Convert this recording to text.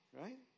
right